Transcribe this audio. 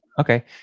Okay